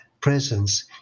presence